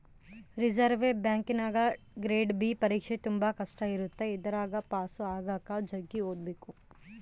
reserve ಬ್ಯಾಂಕಿನಗ grade B ಪರೀಕ್ಷೆ ತುಂಬಾ ಕಷ್ಟ ಇರುತ್ತೆ ಇದರಗ ಪಾಸು ಆಗಕ ಜಗ್ಗಿ ಓದಬೇಕು